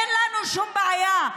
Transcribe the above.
אין לנו שום בעיה.